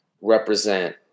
represent